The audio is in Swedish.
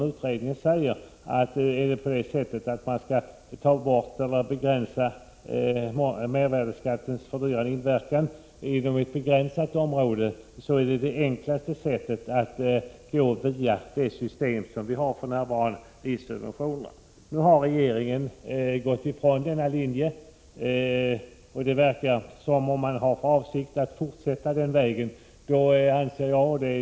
Utredningen framhöll i det sammanhanget att det enklaste sättet att begränsa mervärdeskattens fördyrande inverkan inom ett begränsat område är att behålla det system för livsmedelssubventioner som vi för närvarande har. 111 Regeringen har nu frångått sin tidigare linje, och det verkar som om man har för avsikt att fortsätta på den inslagna vägen.